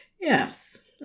Yes